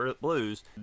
Blues